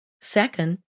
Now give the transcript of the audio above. Second